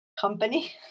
company